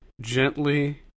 gently